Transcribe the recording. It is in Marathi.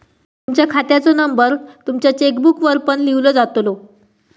तुमच्या खात्याचो नंबर तुमच्या चेकबुकवर पण लिव्हलो जातलो